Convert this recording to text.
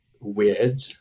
weird